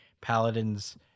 paladin's